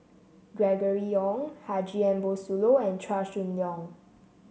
Gregory Yong Haji Ambo Sooloh and Chua Chong Long